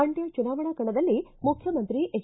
ಮಂಡ್ಯ ಚುನಾವಣಾ ಕಣದಲ್ಲಿ ಮುಖ್ಯಮಂತ್ರಿ ಎಚ್